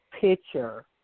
picture